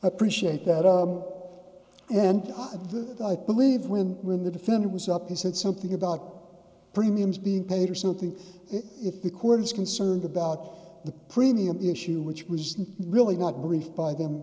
appreciate that and i believe when when the defender was up he said something about premiums being paid or something if the court is concerned about the premium issue which was really not briefed by them